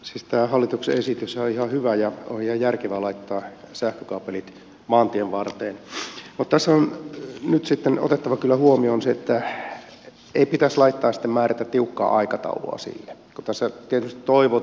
tämä hallituksen esityshän on ihan hyvä ja on ihan järkevää laittaa sähkökaapelit maantien varteen mutta tässä on nyt sitten otettava kyllä huomioon se että ei pitäisi määrätä tiukkaa aikataulua sille